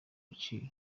agaciro